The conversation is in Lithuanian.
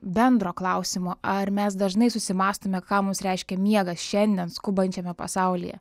bendro klausimo ar mes dažnai susimąstome ką mums reiškia miegas šiandien skubančiame pasaulyje